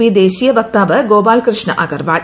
P ദേശീയ വക്താവ് ഗോപാൽകൃഷ്ണ അഗർവാൾ